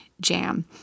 jam